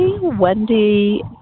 Wendy